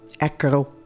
Echo